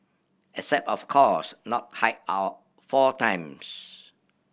except of course not hike our four times